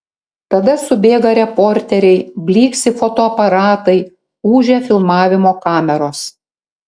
tada subėga reporteriai blyksi fotoaparatai ūžia filmavimo kameros